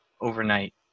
overnight